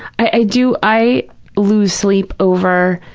i do, i lose sleep over,